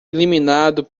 eliminado